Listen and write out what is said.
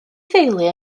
theulu